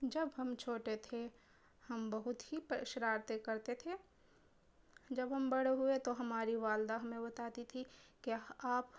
جب ہم چھوٹے تھے ہم بہت ہی شرارتیں کرتے تھے جب ہم بڑے ہوئے تو ہماری والدہ ہمیں بتاتی تھی کہ آپ